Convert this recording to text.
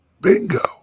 Bingo